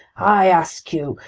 i ask you!